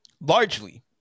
Largely